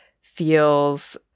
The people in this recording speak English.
feels